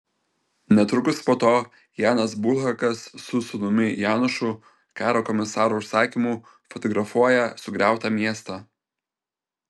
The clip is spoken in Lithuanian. netrukus po to janas bulhakas su sūnumi janošu karo komisaro užsakymu fotografuoja sugriautą miestą